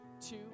Two